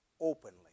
openly